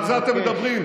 ועל זה אתם מדברים.